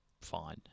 fine